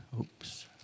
Oops